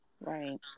Right